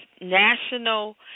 National